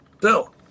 Bill